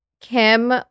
Kim